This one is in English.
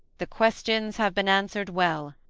the questions have been answered well.